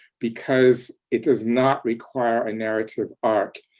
because it does not require a narrative arc.